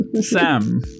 Sam